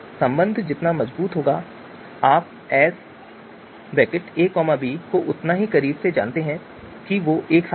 संबंध जितना मजबूत होगा आप Sab को उतना ही करीब से जानते हैं कि वह एक के साथ है